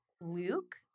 Luke